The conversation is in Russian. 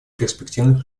перспективных